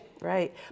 Right